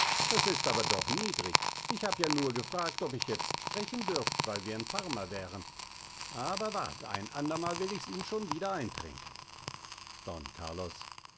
es ist aber doch niedrig ich hab ja nur gefragt ob ich jetzt sprechen dürft weil wir in parma wären aber wart ein andermal will ichs ihm schon wieder eintränken don carlos